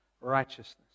righteousness